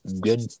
good